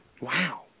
Wow